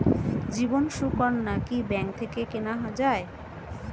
জীবন সুকন্যা কি ব্যাংক থেকে কেনা যায়?